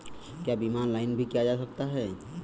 क्या बीमा ऑनलाइन भी किया जा सकता है?